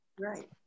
Right